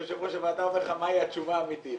יושב ראש הוועדה אומר לך מהי התשובה האמיתית.